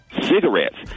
cigarettes